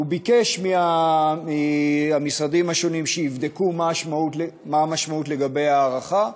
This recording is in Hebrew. הוא ביקש מהמשרדים השונים שיבדקו מה המשמעות לגבי הארכה,